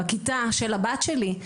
בכיתה של הבת שלי,